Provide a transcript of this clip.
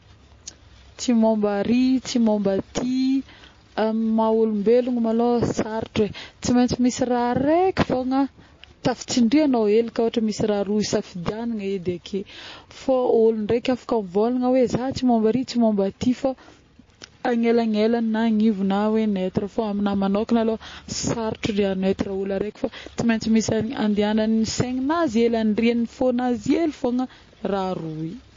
tsy mômba ary tsy mômba aty, amign'ny maha olombelogna malôha sarotra e, tsy maintsy raha raiky fôgna tafitsindrignao hely ka raha misy raha aroa isafidinagna edy ake, fô ôlo ndraiky afaka mivôlagna hoa za tsy mômba ary tsy mômba aty fô agnelagnelagny na agnivo na hoe neutre fôgna, fa amina manokagna alôha sarotra ny aneutre olo araiky fa tsy misy andiagnan'ny saigninazy hely fôgna anindriagn'ny fônignazy hely fôgna raha roa